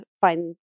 find